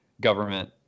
government